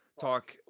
talk